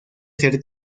ser